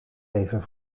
even